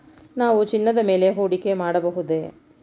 ನಾವು ಚಿನ್ನದ ಮೇಲೆ ಹೂಡಿಕೆ ಮಾಡಬಹುದೇ?